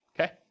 okay